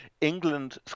England